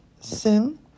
Sim